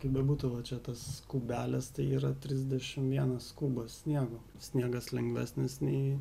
kaip bebūtų va čia tas kubelis tai yra trisdešim vienas kubas sniego sniegas lengvesnis nei